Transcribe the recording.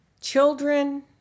children